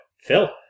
Phil